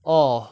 orh